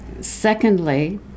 Secondly